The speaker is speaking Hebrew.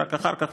ורק אחר כך,